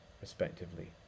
respectively